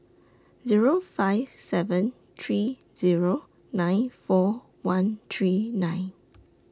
Zero five seven three Zero nine four one three nine